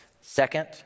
Second